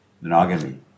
monogamy